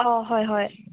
অ হয় হয়